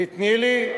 תני לי.